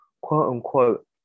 quote-unquote